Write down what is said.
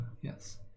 yes